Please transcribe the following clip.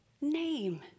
name